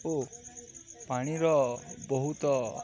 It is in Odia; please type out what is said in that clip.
ଓ ପାଣିର ବହୁତ